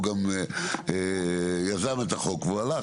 הוא גם יזם את החוק והוא הלך,